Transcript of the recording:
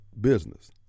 business